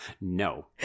No